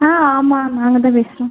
ஆ ஆமாம் நாங்கள்தான் பேசுகிறோம்